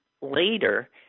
later